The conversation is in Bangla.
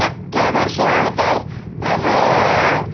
এক ক্লাবের সহায়তায় আমরা